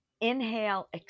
Inhale